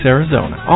Arizona